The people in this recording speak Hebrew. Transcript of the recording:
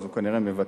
אז הוא כנראה מוותר,